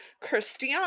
Christian